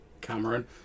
Cameron